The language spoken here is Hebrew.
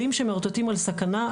כלים שמאותתים על סכנה,